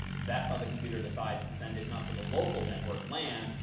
that's how the computer decides to send it not to the local network, lan,